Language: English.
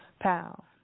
pal